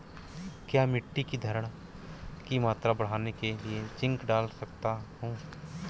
क्या मिट्टी की धरण की मात्रा बढ़ाने के लिए जिंक डाल सकता हूँ?